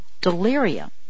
delirium